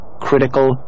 Critical